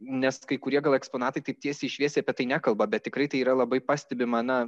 nes kai kurie gal eksponatai kaip tiesiai šviesiai apie tai nekalba bet tikrai tai yra labai pastebima na